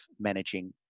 managing